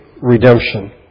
redemption